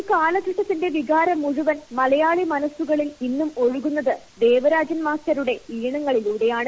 ഒരു കാലഘട്ടത്തിന്റെ വികാരം മുഴുവൻ മലയാളി മനസ്സുകളിൽ ഇന്നും ഒഴുകുന്നത് ദേവരാജൻ മാസ്റ്ററുടെ ഈണങ്ങളിലൂടെയാണ്